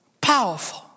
Powerful